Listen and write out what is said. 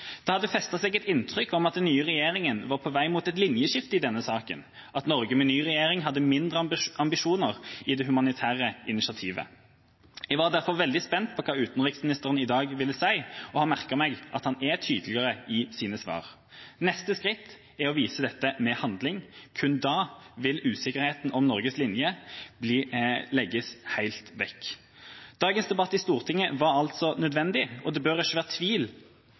Det hadde festnet seg et inntrykk av at den nye regjeringa var på vei mot et linjeskifte i denne saken, at Norge med ny regjering hadde mindre ambisjoner i det humanitære initiativet. Jeg var derfor veldig spent på hva utenriksministeren i dag ville si, og har merket meg at han er tydeligere i sine svar. Neste skritt er å vise dette i handling. Kun da vil usikkerheten om Norges linje legges helt vekk. Dagens debatt i Stortinget var altså nødvendig, og det bør ikke være tvil